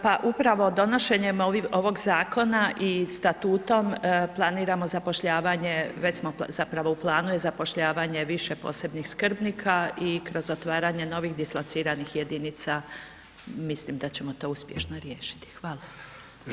Pa upravo donošenjem ovog zakona i statutom planiramo zapošljavanje, već smo zapravo, u planu je zapošljavanje više posebnih skrbnika i kroz otvaranje novih dislociranih jedinica mislim da ćemo to uspješno riješiti.